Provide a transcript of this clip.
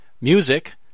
Music